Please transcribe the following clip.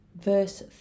verse